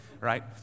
right